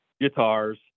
guitars